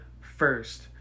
first